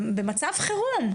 במצב חירום,